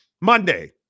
Monday